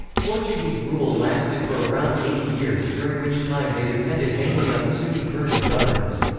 portuguese rule lasted for around eighty years, during which time they depended mainly on sunni persian governors.